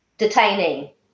Detaining